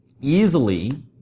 easily